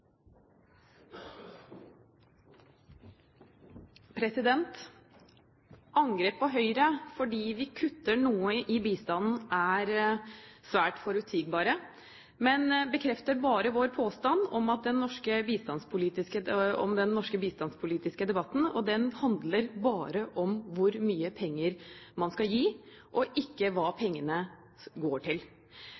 svært forutsigbart, men bekrefter bare vår påstand om at den norske bistandspolitiske debatten bare handler om hvor mye penger man skal gi, og ikke hva